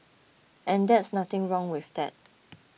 and that's nothing wrong with that